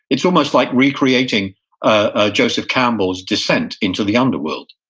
it's almost like recreating ah joseph campbell's descent into the underworld.